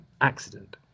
accident